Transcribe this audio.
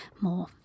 more